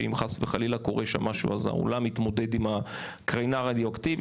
שאם חס וחלילה קורה שם משהו אז העולם מתמודד עם הקרינה הרדיואקטיבית,